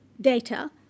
data